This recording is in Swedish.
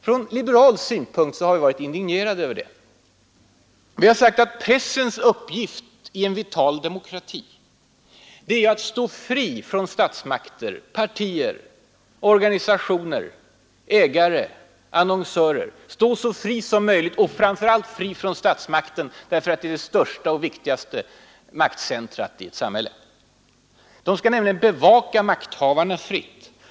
Från liberal synpunkt har vi varit indignerade över dem. Vi har sagt att pressens uppgift i en vital demokrati är att stå fri från statsmakter, partier, organisationer, ägare, annonsörer, så fri som möjligt från framför allt statsmakten, därför att det är det största och viktigaste maktcentret i ett samhälle. Tidningarna skall ju bevaka makthavarna fritt.